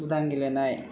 उदां गेलेनाय